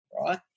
right